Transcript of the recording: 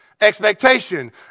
expectation